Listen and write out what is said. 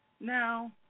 Now